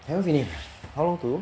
haven't finish ah how long to go